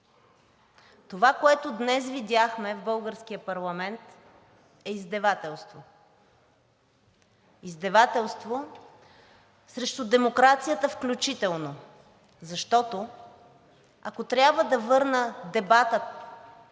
Това, което днес видяхме в българския парламент е издевателство. Издевателство срещу демокрацията включително, защото, ако трябва да върна дебата